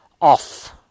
off